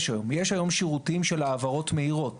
היום: יש היום שירותים של העברות מהירות;